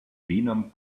venom